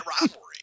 rivalry